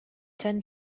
ten